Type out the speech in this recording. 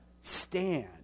stand